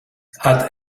add